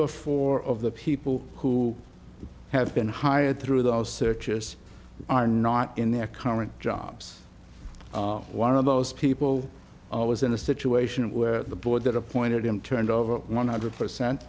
or four of the people who have been hired through the hour searchers are not in their current jobs one of those people was in a situation where the board that appointed him turned over one hundred percent